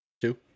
Two